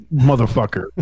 motherfucker